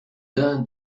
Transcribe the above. d’un